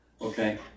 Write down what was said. Okay